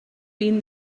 been